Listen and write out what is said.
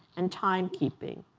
and timekeeping,